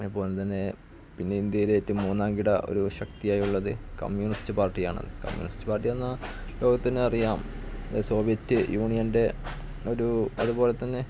അതുപോലെ തന്നെ പിന്നെ ഇന്ത്യയിലെ ഏറ്റവും മൂന്നാംകിട ഒരു ശക്തിയായുള്ളത് കമ്മ്യൂണിസ്റ്റ് പാർട്ടിയാണ് കമ്മ്യൂണിസ്റ്റ് പാർട്ടി എന്നാല് ലോകത്തുതന്നെ അറിയാം സോവിയറ്റ് യൂണിയൻ്റെ ഒരു അതുപോലെ തന്നെ